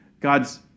God's